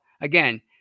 again